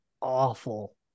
awful